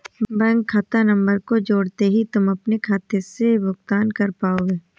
bank खाता number को जोड़ते ही तुम अपने बैंक खाते से भुगतान कर पाओगे